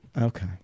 Okay